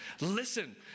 listen